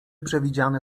przewidziane